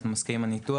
אנחנו מסכימים עם הניתוח.